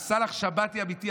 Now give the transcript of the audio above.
זה סלאח שבתי אמיתי,